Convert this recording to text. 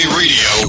radio